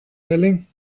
telling